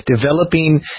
developing